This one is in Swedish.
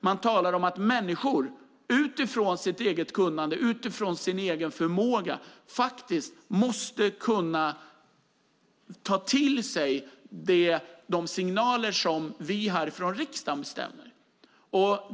Man talar om att människor utifrån sitt eget kunnande och sin egen förmåga faktiskt måste kunna ta till sig de signaler vi sänder här ifrån riksdagen.